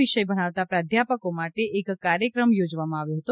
વિષય ભણાવતા પ્રાધ્યાપકો માટે એક કાર્યક્રમ યોજવામાં આવ્યો હતો